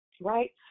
right